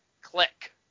Click